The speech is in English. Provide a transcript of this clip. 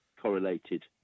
correlated